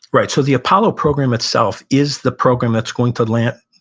right. so the apollo program itself is the program that's going to land,